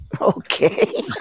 okay